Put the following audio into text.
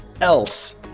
else